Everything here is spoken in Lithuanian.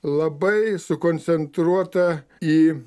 labai sukoncentruota į